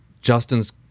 Justin's